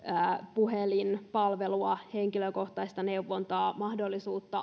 puhelinpalvelua henkilökohtaista neuvontaa mahdollisuutta